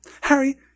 Harry